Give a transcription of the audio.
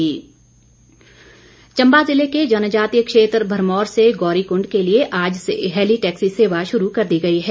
heli taxi Chamba ज़िले के जनजातीय क्षेत्र भरमौर से गौरीकुंड के लिए आज से हैली टैक्सी सेवा शुरू कर दी गई है